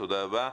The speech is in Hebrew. תודה רבה.